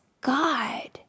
God